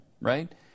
right